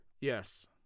Yes